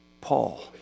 Paul